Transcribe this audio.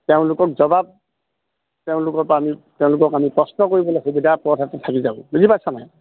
তেওঁলোকক জবাব তেওঁলোকৰ পৰা আমি তেওঁলোকক আমি প্ৰশ্ন কৰিবলৈ সুবিধা থাকি যাব বুজি পাইছা নাই